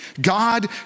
God